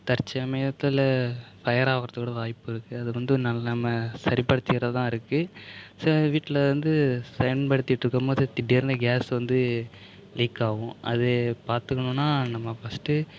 தற்சமயத்தில் ஃபையராகிறதுக்கு கூட வாய்ப்பு இருக்கு அது வந்து நம்ம சரிபடுத்திக்கிறது தான் இருக்கு சில வீட்டில் வந்து பயன்படுத்திகிட்டு இருக்கும்போது திடீர்னு கேஸ் வந்து லீக் ஆகும் அது பாத்துக்கணும்னா நம்ம ஃபர்ஸ்ட்